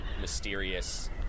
mysterious